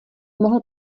mohl